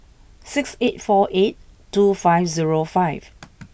six eight four eight two five zero five